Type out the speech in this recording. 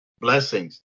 Blessings